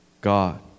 God